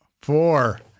four